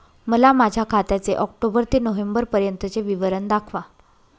मला माझ्या खात्याचे ऑक्टोबर ते नोव्हेंबर पर्यंतचे विवरण दाखवा